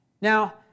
Now